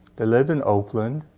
they lived in oakland.